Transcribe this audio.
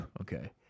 Okay